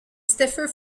stiffer